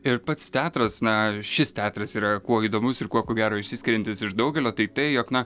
ir pats teatras na šis teatras yra kuo įdomus ir kuo ko gero išsiskiriantis iš daugelio tai tai jog na